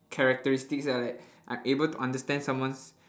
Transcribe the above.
characteristics lah like I'm able to understand someone's